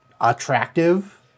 attractive